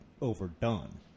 overdone